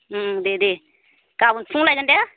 उम दे दे गाबोन फुङाव लायगोन दे